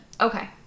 okay